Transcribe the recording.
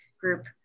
group